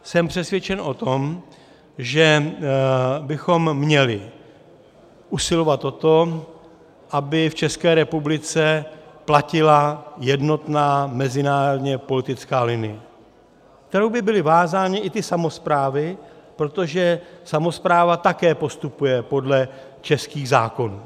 Jsem přesvědčen o tom, že bychom měli usilovat o to, aby v České republice platila jednotná mezinárodněpolitická linie, kterou by byly vázány i samosprávy, protože samospráva také postupuje podle českých zákonů.